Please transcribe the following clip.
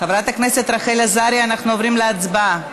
חברת הכנסת רחל עזריה, אנחנו עוברים להצבעה.